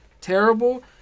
terrible